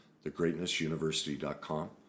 thegreatnessuniversity.com